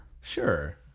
Sure